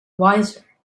wiser